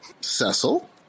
Cecil